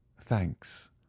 Thanks